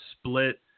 split